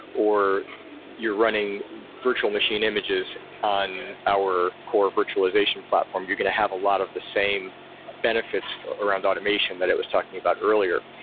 or you're running virtual machine images on our core virtualization platform, you're going to have a lot of the same benefits around automation that it was talking about earlier.